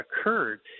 occurred